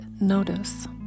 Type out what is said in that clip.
notice